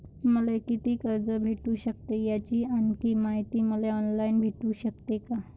मले कितीक कर्ज भेटू सकते, याची आणखीन मायती मले ऑनलाईन भेटू सकते का?